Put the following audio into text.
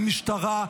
עם משטרה,